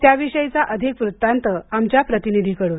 त्याविषयीचा अधिक वृत्तान्त आमच्या प्रतिनिधिकडून